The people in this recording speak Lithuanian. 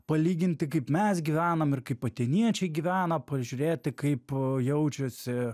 palyginti kaip mes gyvenam ir kaip atėniečiai gyvena pažiūrėti kaip jaučiasi